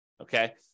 okay